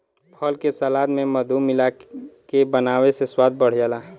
फल के सलाद में मधु मिलाके बनावे से स्वाद बढ़ जाला